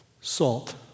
Salt